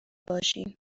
باشیم